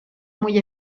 muy